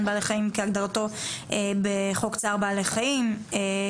בעלי חיים כהגדרתו בחוק צער בעלי חיים,